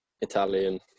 Italian